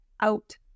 out